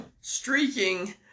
streaking